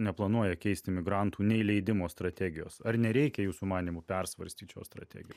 neplanuoja keisti migrantų neįleidimo strategijos ar nereikia jūsų manymu persvarstyt šios strategijos